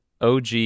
OG